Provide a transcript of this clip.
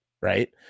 Right